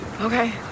Okay